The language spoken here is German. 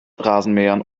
rasenmähern